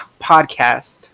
podcast